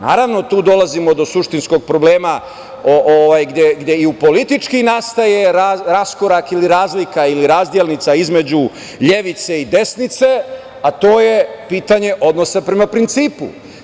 Naravno, tu dolazimo do suštinskog problema gde i politički nastaje raskorak, razlika ili razdelnica između levice i desnice, a to je pitanje odnosa prema principu.